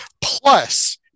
plus